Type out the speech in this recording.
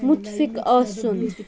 مُتفِق آسُن